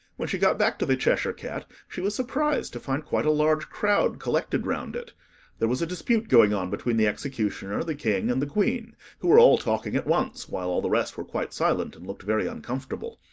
when she got back to the cheshire cat, she was surprised to find quite a large crowd collected round it there was a dispute going on between the executioner, the king, and the queen, who were all talking at once, while all the rest were quite silent, and looked very uncomfortable.